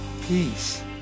peace